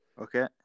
Okay